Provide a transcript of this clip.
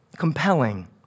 compelling